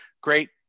great